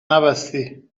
نبستی